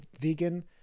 vegan